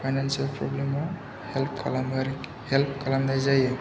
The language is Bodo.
फाइनेन्सियेल प्रब्लेमाव हेल्प खालामनाय जायो